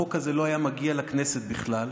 חוק כזה לא היה מגיע לכנסת בכלל,